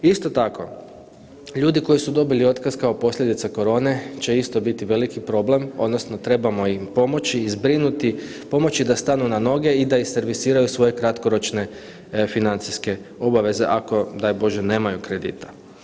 Isto tako, ljudi koji su dobili otkaz kao posljedica korone će biti veliki problem odnosno trebamo im pomoći i zbrinuti, pomoći da stanu noge i da ih servisiraju u svoje kratkoročne financijske obaveze ako daj Bože nemaju kredita.